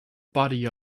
body